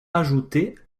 ajoutée